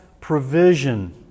provision